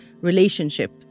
relationship